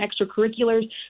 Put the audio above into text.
extracurriculars